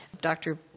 Dr